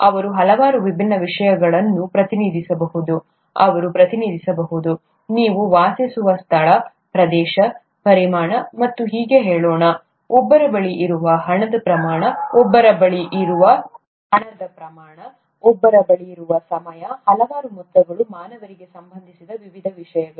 ಅವರು ಹಲವಾರು ವಿಭಿನ್ನ ವಿಷಯಗಳನ್ನು ಪ್ರತಿನಿಧಿಸಬಹುದು ಅವರು ಪ್ರತಿನಿಧಿಸಬಹುದು ನೀವು ವಾಸಿಸುವ ಸ್ಥಳ ಪ್ರದೇಶ ಪರಿಮಾಣ ಮತ್ತು ಹೀಗೆ ಹೇಳೋಣ ಒಬ್ಬರ ಬಳಿ ಇರುವ ಹಣದ ಪ್ರಮಾಣ ಒಬ್ಬರ ಬಳಿ ಇರುವ ಸಮಯ ಹಲವಾರು ಮೊತ್ತಗಳು ಮಾನವರಿಗೆ ಸಂಬಂಧಿಸಿದ ವಿವಿಧ ವಿಷಯಗಳು